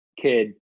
kid